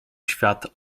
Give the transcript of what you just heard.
świat